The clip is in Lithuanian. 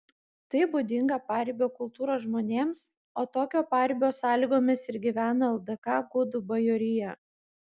tai būdinga paribio kultūros žmonėms o tokio paribio sąlygomis ir gyveno ldk gudų bajorija